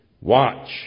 watch